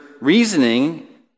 reasoning